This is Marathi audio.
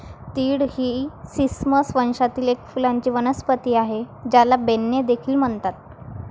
तीळ ही सेसमम वंशातील एक फुलांची वनस्पती आहे, ज्याला बेन्ने देखील म्हणतात